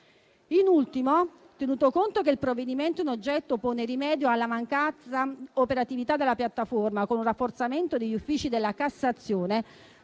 In ultimo, tenuto conto che il provvedimento in oggetto pone rimedio alla mancata operatività della piattaforma con un rafforzamento degli uffici della Cassazione,